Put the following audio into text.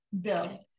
Bill